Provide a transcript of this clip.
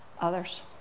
others